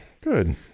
Good